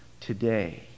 today